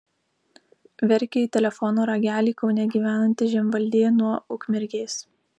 verkė į telefono ragelį kaune gyvenanti žemvaldė nuo ukmergės